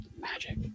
Magic